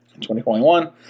2021